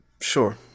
Sure